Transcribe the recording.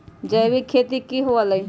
जैविक खेती की हुआ लाई?